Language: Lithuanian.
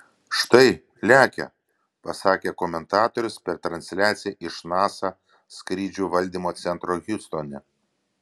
štai lekia pasakė komentatorius per transliaciją iš nasa skrydžių valdymo centro hjustone